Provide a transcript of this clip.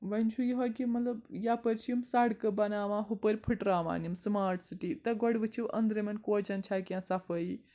وۄنۍ چھُ یِہے کہِ مطلب یَپٲرۍ چھِ یِم سڑکہٕ بَناوان ہُپٲرۍ پھٹراوان یِم سمارٹ سِٹی تہٕہِ گۄڈٕ وٕچھِو أنٛدرِمن کوچَن چھا کینٛہہ صفٲیی